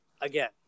again